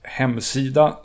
hemsida